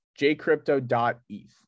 jcrypto.eth